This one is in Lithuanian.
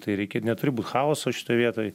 tai reikia neturi būt chaoso šitoj vietoj